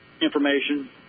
information